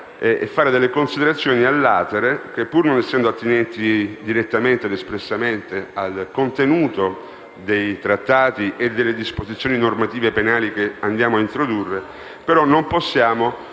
fare delle considerazioni *a latere.* Infatti, pur non essendo direttamente ed espressamente attinente al contenuto dei trattati e delle disposizioni normative penali che andiamo a introdurre, non possiamo